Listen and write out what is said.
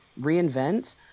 reinvent